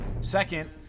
Second